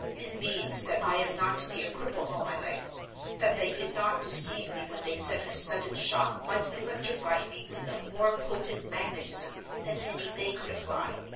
it means that i am not to be a cripple all my life that they did not deceive me when they said a sudden shock might electrify me with a more potent magnetism than any they could apply.